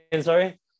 sorry